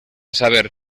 saber